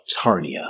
Tarnia